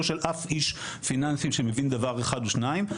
לא של אף איש פיננסי שמבין דבר אחד או שניים,